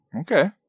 Okay